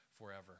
forever